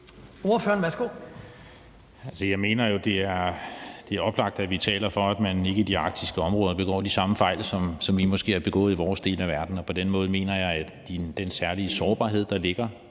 Bach (RV): Altså, jeg mener jo, at det er oplagt, at vi taler for, at man ikke i de arktiske områder begår de samme fejl, som vi måske har begået i vores del af verden, og på den måde mener jeg, at den særlige sårbarhed, der er